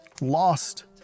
lost